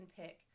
pick